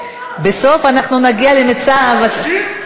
ביטן, אל תצביע נגד בגלל יום האישה.